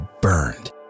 burned